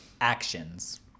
actions